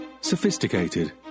sophisticated